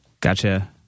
Gotcha